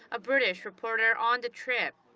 a british reporter on the trip.